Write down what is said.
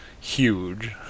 huge